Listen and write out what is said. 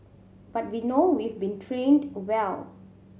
but we know we've been trained well